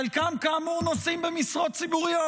חלקם כאמור נושאים במשרות ציבוריות,